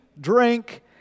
drink